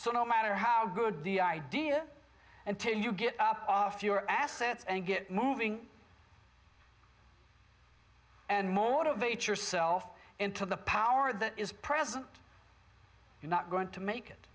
so no matter how good the idea until you get up off your assets and get moving and more of a teacher self into the power that is present you're not going to make it